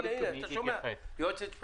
הינה, הינה, אתה שומע מהיועצת המשפטית.